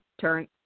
turn